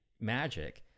magic